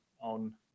on